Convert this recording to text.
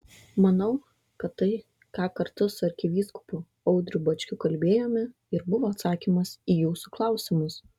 manau kad tai ką kartu su arkivyskupu audriu bačkiu kalbėjome ir buvo atsakymas į jūsų klausimus